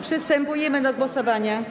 Przystępujemy do głosowania.